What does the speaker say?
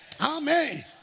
Amen